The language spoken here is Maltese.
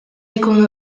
jkunu